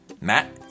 Matt